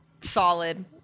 solid